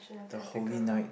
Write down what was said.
the holy night